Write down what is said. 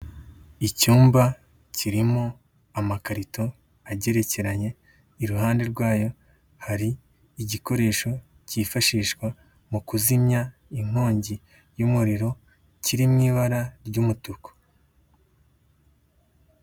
Icyumba kirimo amakarito agerekeranye, iruhande rwayo, hari igikoresho cyifashishwa mu kuzimya inkongi y'umuriro kiri mu ibara ry'umutuku.